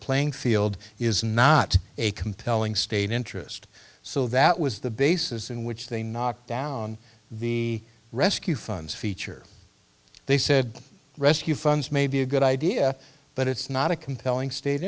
playing field is not a compelling state interest so that was the basis in which they knocked down the rescue funds feature they said rescue funds may be a good idea but it's not a compelling state